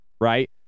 right